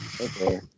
Okay